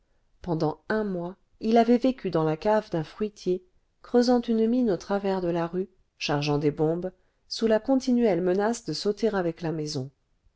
pendant un mois il avait vécu dans la cave d'un fruitier creusant une mine au travers de la rue chargeant des bombes sous la continuelle menace de sauter avec la maison